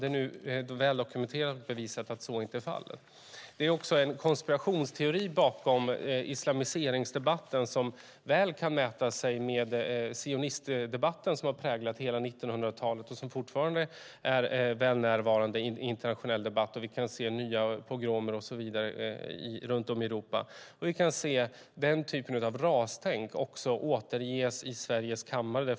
Det är nu väl dokumenterat och bevisat att så inte är fallet. Det finns också en konspirationsteori bakom islamiseringsdebatten som väl kan mäta sig med sionistdebatten som har präglat hela 1900-talet och som fortfarande är väl närvarande i internationell debatt. Vi kan se nya pogromer och så vidare runt om i Europa. Vi kan se den typen av rastänkande också återges i Sveriges riksdags kammare.